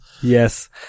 yes